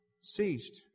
ceased